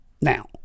now